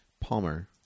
Palmer